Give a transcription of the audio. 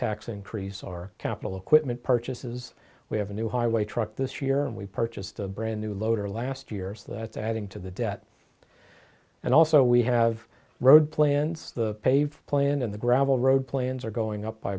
tax increase our capital equipment purchases we have a new highway truck this year and we purchased a brand new loader last years that's adding to the debt and also we have road plans the pave plan and the gravel road plans are going up by